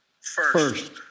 First